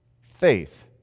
faith